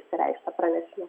išsireikšta pranešime